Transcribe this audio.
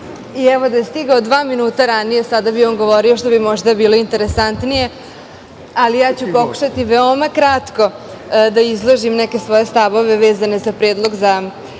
i evo, da je stigao dva minuta ranije, sada bi on govorio, što bi možda bilo interesantnije, ali ja ću pokušati veoma kratko da izložim neke svoje stavove vezano za Predlog za